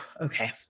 Okay